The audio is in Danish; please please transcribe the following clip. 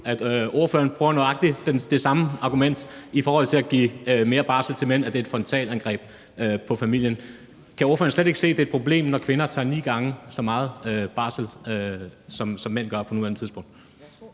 at ordføreren bruger nøjagtig det samme argument i forhold til at give mere barsel til mænd, altså at det er et frontalangreb på familien. Kan ordføreren slet ikke se, at det er et problem, at kvinder tager ni gange så meget barsel, som mænd gør, på nuværende tidspunkt?